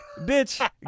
bitch